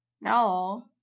no